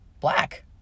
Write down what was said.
Black